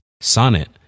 Sonnet